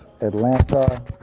atlanta